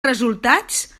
resultats